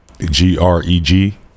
G-R-E-G